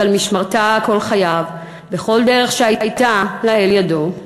על משמרתה כל חייו בכל דרך שהייתה לאל ידו.